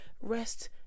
rest